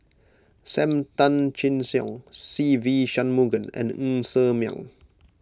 Sam Tan Chin Siong Se Ve Shanmugam and Ng Ser Miang